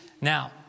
Now